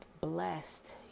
blessed